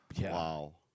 Wow